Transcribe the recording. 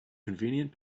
convenient